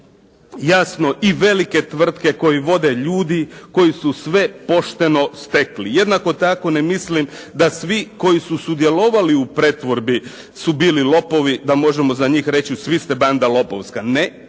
jasno i velike tvrtke koje vode ljudi koji su sve pošteno stekli. Jednako tako ne mislim da svi koji su sudjelovali u pretvorbi su bili lopovi da možemo za njih reći „vi ste banda lopovska“, ne